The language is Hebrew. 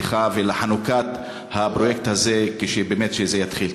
לפתיחה ולחנוכת הפרויקט הזה כשזה יתחיל.